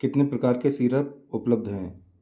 कितने प्रकार के सिरप उपलब्ध हैं